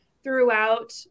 throughout